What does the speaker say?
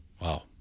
Wow